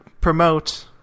promote